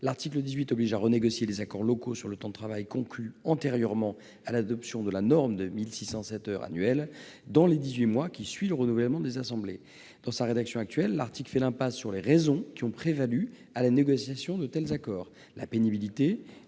L'article 18 oblige à renégocier les accords locaux sur le temps de travail conclus antérieurement à l'adoption de la norme des 1 607 heures annuelles dans les dix-huit mois qui suivent le renouvellement des assemblées. Dans sa rédaction actuelle, il fait l'impasse sur les raisons qui ont prévalu à la négociation de tels accords